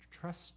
trust